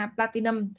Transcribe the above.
Platinum